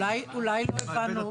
רגע, אולי לא הבנו.